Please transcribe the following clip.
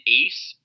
ace